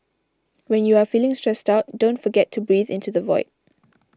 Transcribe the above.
when you are feeling stressed out don't forget to breathe into the void